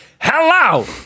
Hello